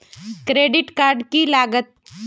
Credit card की लागत?